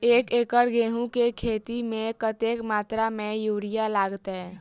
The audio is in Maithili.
एक एकड़ गेंहूँ केँ खेती मे कतेक मात्रा मे यूरिया लागतै?